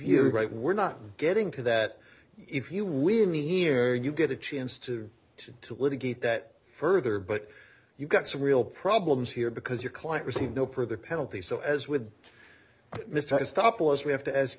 you're right we're not getting to that if you win here you get a chance to to litigate that further but you've got some real problems here because your client received no further penalty so as with mr stop loss we have to ask